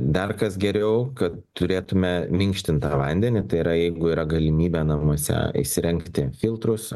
dar kas geriau kad turėtume minkštintą vandenį tai yra jeigu yra galimybė namuose įsirengti filtrus